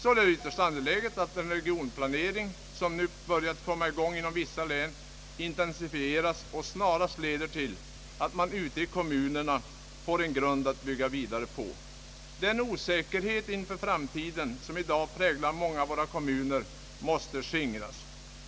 Således är det ytterst angeläget att den regionplanering, som nu börjat komma i gång inom vissa län, intensifieras och snarast leder till att man ute i kommunerna får en grund att bygga vidare på. Den osäkerhet inför framtiden som i dag präglar många av våra kommuner måste skingras.